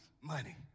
money